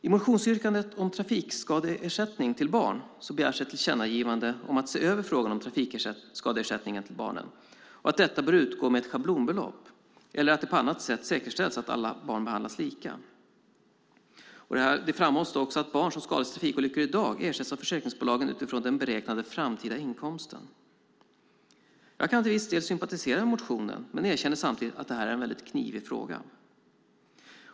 I motionsyrkandet om trafikskadeersättning till barn begärs ett tillkännagivande om att se över frågan om trafikskadeersättning till barn och att sådan bör utgå med ett schablonbelopp, eller att det på annat sätt säkerställs att alla barn behandlas lika. Det framhålls att barn som skadas i trafikolyckor i dag ersätts av försäkringsbolagen utifrån den beräknade framtida inkomsten. Jag kan till viss del sympatisera med motionen men erkänner samtidigt att det är en knivig fråga.